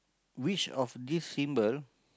which of this symbol